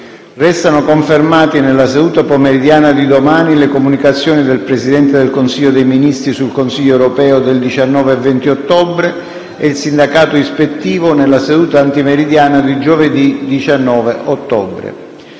Restano confermate, nella seduta pomeridiana di domani, le comunicazioni del Presidente del Consiglio dei ministri sul Consiglio europeo del 19 e 20 ottobre e il sindacato ispettivo nella seduta antimeridiana di giovedì 19 ottobre.